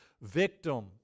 victim